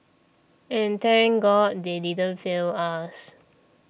and thank God they didn't fail us